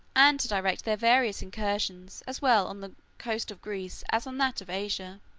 and to direct their various incursions, as well on the coast of greece as on that of asia.